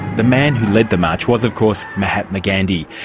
the man who led the march was of course mahatma gandhi,